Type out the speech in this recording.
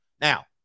Now